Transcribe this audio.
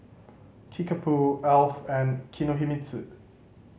Kickapoo Alf and Kinohimitsu